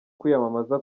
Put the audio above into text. kwiyamamaza